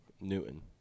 Newton